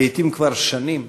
לעתים כבר שנים,